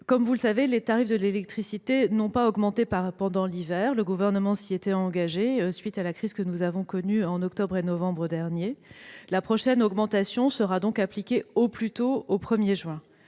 Comme vous le savez, les tarifs de l'électricité n'ont pas augmenté pendant l'hiver, comme le Gouvernement s'y était engagé à la suite à la crise que nous avons connue en octobre et novembre dernier. La prochaine augmentation sera donc appliquée, au plus tôt, le 1 juin.